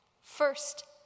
First